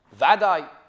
Vadai